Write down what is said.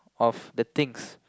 of the things